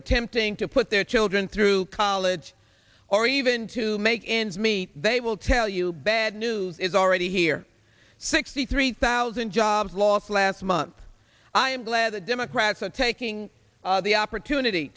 attempting to put their children through college or even to make ends meet they will tell you bad news is already here sixty three thousand jobs lost last month i am glad the democrats are taking the opportunity